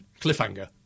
cliffhanger